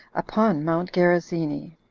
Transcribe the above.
upon mount gerizzini,